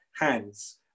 hands